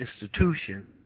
institution